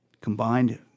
combined